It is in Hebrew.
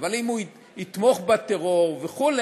אבל אם הוא יתמוך בטרור וכו',